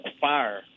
fire